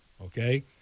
okay